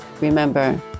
remember